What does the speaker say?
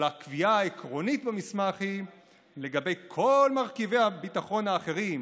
אבל הקביעה העקרונית במסמך היא כי לגבי כל מרכיבי הביטחון האחרים,